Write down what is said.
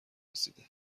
رسیده